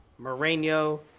Mourinho